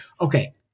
Okay